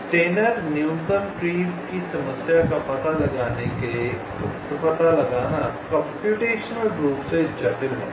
Steiner न्यूनतम पेड़ की समस्या का पता लगाना कम्प्यूटेशनल रूप से जटिल है